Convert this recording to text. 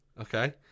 okay